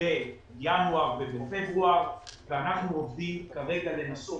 בינואר ובפברואר ואנחנו כרגע עובדים כדי לנסות